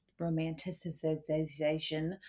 romanticization